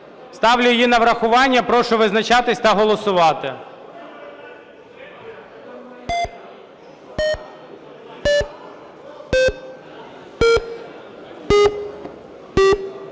ставлю її на врахування. Прошу визначатися та голосувати.